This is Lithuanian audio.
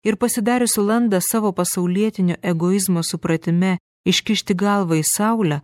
ir pasidariusiu landą savo pasaulietinio egoizmo supratime iškišti galvą į saulę